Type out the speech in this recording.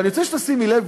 אבל אני רוצה שתשימי לב,